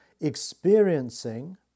experiencing